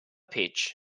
pitch